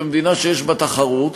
במדינה שיש בה תחרות,